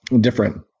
different